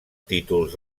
títols